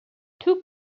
two